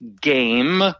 game